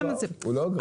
הוא לא גרר.